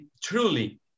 truly